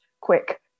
quick